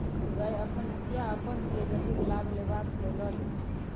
गय अखन मुखिया अपन छियै जतेक लाभ लेबाक छौ ल लए